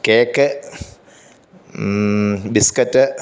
cake biscuit